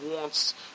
wants